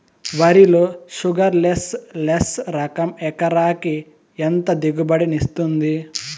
వరి లో sugarless less రకం ఎకరాకి ఎంత దిగుబడినిస్తుంది